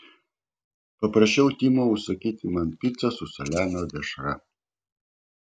paprašiau timo užsakyti man picą su saliamio dešra